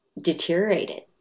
deteriorated